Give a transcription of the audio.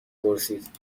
پرسید